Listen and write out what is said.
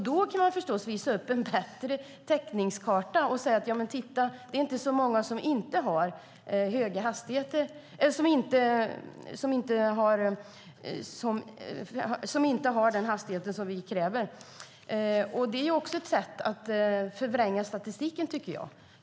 Då kan man förstås visa upp en bättre täckningskarta och säga: Titta, det är inte så många som inte har den hastighet som vi kräver! Det är också ett sätt att förvränga statistiken, tycker jag.